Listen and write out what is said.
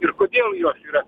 ir kodėl jos yra